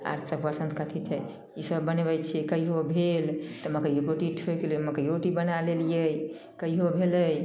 आर सब पसन्द कथी छै ईसब बनबै छिए कहिओ भेल तऽ मकैएके रोटी ठोकि लेलहुँ मकैओके रोटी बनै लेलिए कहिओ भेलै